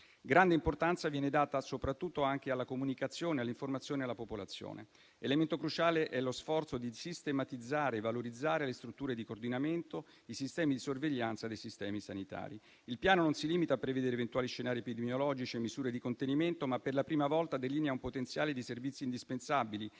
Grande importanza viene data soprattutto alla comunicazione e all'informazione alla popolazione. Elemento cruciale è lo sforzo di sistematizzare e valorizzare le strutture di coordinamento, i sistemi di sorveglianza dei sistemi sanitari. Il piano non si limita a prevedere eventuali scenari epidemiologici e misure di contenimento, ma per la prima volta delinea un potenziale di servizi indispensabili: